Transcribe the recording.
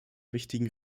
wichtigen